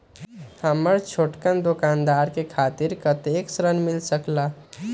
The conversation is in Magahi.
हम छोटकन दुकानदार के खातीर कतेक ऋण मिल सकेला?